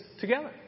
together